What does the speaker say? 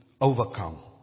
overcome